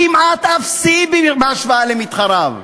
כמעט אפסי בהשוואה למתחריו.